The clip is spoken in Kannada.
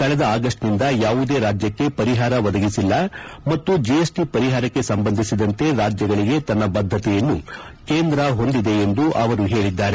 ಕಳೆದ ಆಗಸ್ಟ್ ನಿಂದ ಯಾವುದೇ ರಾಜ್ಲಕ್ಷೆ ಪರಿಹಾರ ಒದಗಿಸಿಲ್ಲ ಮತ್ತು ಜಿಎಸ್ ಟಿ ಪರಿಹಾರಕ್ಷೆ ಸಂಬಂಧಿಸಿದಂತೆ ರಾಜ್ಲಗಳಿಗೆ ತನ್ನ ಬದ್ಗತೆಯನ್ನು ಕೇಂದ್ರ ಹೊಂದಿದೆ ಎಂದು ಅವರು ಹೇಳಿದ್ದಾರೆ